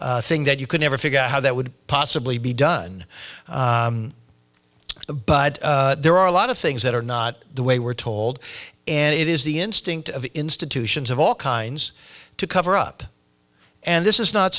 thing that you could never figure out how that would possibly be done but there are a lot of things that are not the way we're told and it is the instinct of institutions of all kinds to cover up and this is not